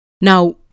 Now